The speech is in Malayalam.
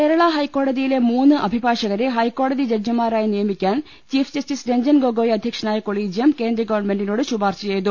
കേരളാ ഹൈക്കോടതിയിലെ മൂന്ന് അഭിഭാഷകരെ ഹൈക്കോ ടതി ജഡ്ജിമാരായി നിയമിക്കാൻ ചീഫ് ജസ്റ്റിസ് രഞ്ജൻ ഗൊഗോയി അധ്യക്ഷനായ കൊളീജിയം കേന്ദ്ര ഗവൺമെന്റിനോട് ശുപാർശ ചെയ്തു